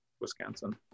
Wisconsin